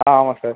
ஆ ஆமாம் சார்